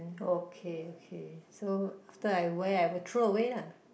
okay okay so after I wear I will throw away lah